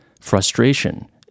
frustration